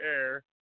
air